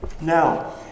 Now